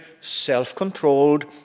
self-controlled